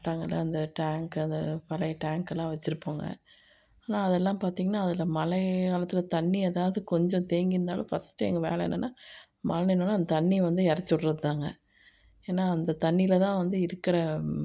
ஆட்டாங்கல்லு அந்த டேங்க்கு அந்த பழைய டேங்க்கெல்லாம் வெச்சுருப்போங்க ஆனால் அதெல்லாம் பார்த்தீங்கன்னா அதில் மழைக்காலத்தில் தண்ணி அதாவது கொஞ்சம் தேங்கியிருந்தாலும் ஃபர்ஸ்ட்டு எங்கள் வேலை என்னன்னா மழை நின்னோனே அந்த தண்ணியை வந்து இரச்சி விட்றதுதாங்க ஏனால் அந்த தண்ணியிலதான் வந்து இருக்கிற